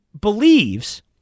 believes